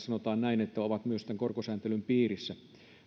sanotaan näin että ne ovat myös tämän korkosääntelyn piirissä